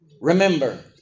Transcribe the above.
Remember